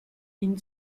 ihn